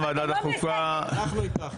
אנחנו איתך.